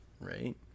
right